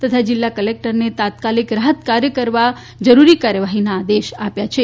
તથા જિલ્લા કલેક્ટરને તાત્કાલિક રાહતકાર્ય માટે જરૂરી કાર્યવાહીના આદેશ આપ્યા છે